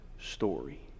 story